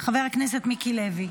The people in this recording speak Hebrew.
חבר הכנסת מיקי לוי,